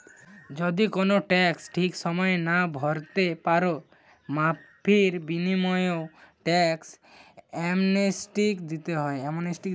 যদি কুনো ট্যাক্স ঠিক সময়ে না ভোরতে পারো, মাফীর বিনিময়ও ট্যাক্স অ্যামনেস্টি দিতে হয়